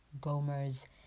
Gomer's